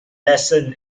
lesson